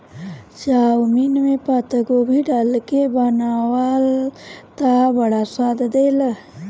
chowmein में पातगोभी डाल के बनावअ तअ बड़ा स्वाद देला